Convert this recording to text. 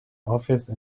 office